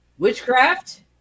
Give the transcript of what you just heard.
Witchcraft